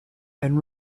and